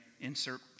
Insert